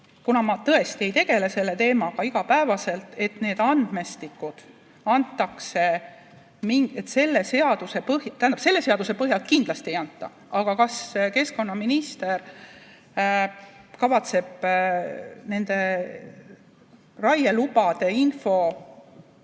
kuna ma tõesti ei tegele selle teemaga igapäevaselt, et need andmestikud antakse, selle seaduse põhjal ... Tähendab, selle seaduse põhjal kindlasti ei anta [neid avalikuks kasutamiseks]. Aga kas keskkonnaminister kavatseb nende raielubade infot